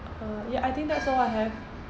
uh ya I think that's all I have